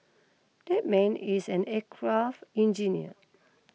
that man is an aircraft engineer